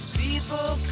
people